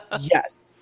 yes